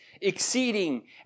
exceeding